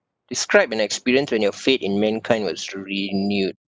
describe an experience when your faith in mankind was renewed